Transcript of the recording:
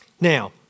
Now